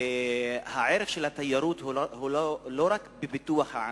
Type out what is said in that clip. הערך של התיירות הוא לא רק בפיתוח הענף.